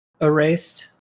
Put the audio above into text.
erased